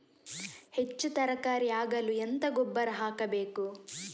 ಹೆಚ್ಚು ತರಕಾರಿ ಆಗಲು ಎಂತ ಗೊಬ್ಬರ ಹಾಕಬೇಕು?